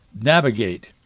navigate